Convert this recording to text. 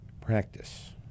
practice